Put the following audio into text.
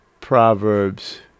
Proverbs